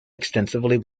extensively